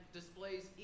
displays